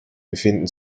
befinden